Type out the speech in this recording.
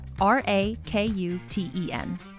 R-A-K-U-T-E-N